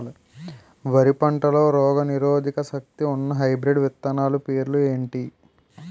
వరి పంటలో రోగనిరోదక శక్తి ఉన్న హైబ్రిడ్ విత్తనాలు పేర్లు ఏంటి?